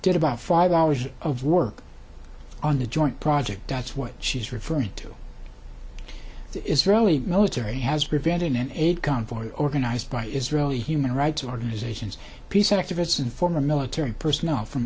get about five hours of work on the joint project that's what she's referring to the israeli military has prevented an aid convoy organized by israeli human rights organizations peace activists and former military personnel from